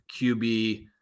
QB